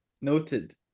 Noted